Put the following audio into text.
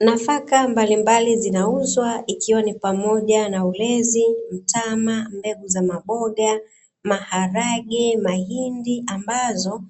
Nafaka mbalimbali zinauzwa ikiwa ni pamoja na ulezi, mtama, mbegu za maboga, maharage, mahindi ambazo